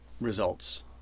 results